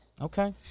Okay